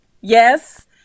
yes